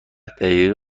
دقیقه